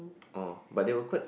oh but they were quite